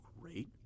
great